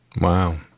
Wow